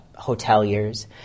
hoteliers